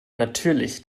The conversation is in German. natürlich